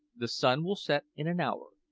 the sun will set in an hour,